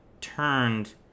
turned